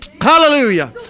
Hallelujah